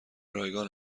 رایگان